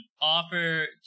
offer